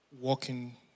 walking